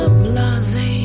blase